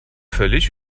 völlig